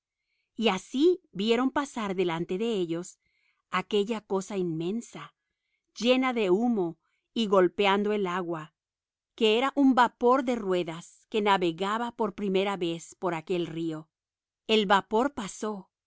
y así vieron pasar delante de ellos aquella cosa inmensa llena de humo y golpeando el agua que era un vapor de ruedas que navegaba por primera vez por aquel río el vapor pasó